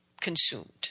consumed